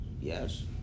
Yes